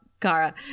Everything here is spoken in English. Kara